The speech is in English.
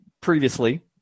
previously